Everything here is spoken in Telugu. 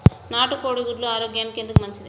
నాటు కోడి గుడ్లు ఆరోగ్యానికి ఎందుకు మంచిది?